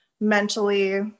mentally